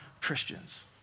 Christians